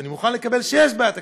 ואני מוכן לקבל שיש בעיה תקציבית,